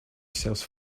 sells